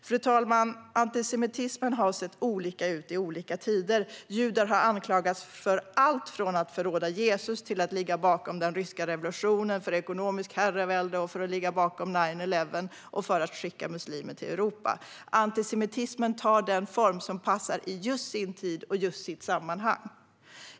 Fru talman! Antisemitismen har sett olika ut i olika tider. Judar har anklagats för alltifrån att förråda Jesus till att ligga bakom den ryska revolutionen, för ekonomiskt herravälde, för att ligga bakom "nine eleven" och för att skicka muslimer till Europa. Antisemitismen tar den form som passar i just sin tid och i just sitt sammanhang.